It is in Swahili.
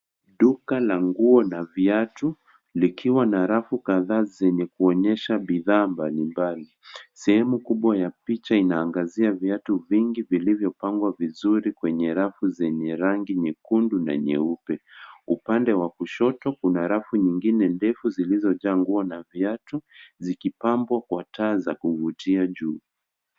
Duka la nguo na viatu likiwa na rafu kadhaa zenye kuonyesha bidhaa mbalimbali. Sehemu kubwa ya picha inaangazia viatu vingi vilvyopangwa vizuri kwenye rafu zenye rangi nyekundu na nyeupe. Upande wa kushoto kuna rafu nyingine ndefu zilizojaa nguo na viatu zikipambwa kwa taa za kuvutia juu.